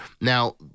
now